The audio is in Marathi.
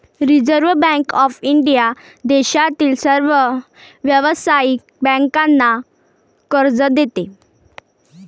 रिझर्व्ह बँक ऑफ इंडिया देशातील सर्व व्यावसायिक बँकांना कर्ज देते